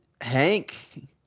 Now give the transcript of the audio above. Hank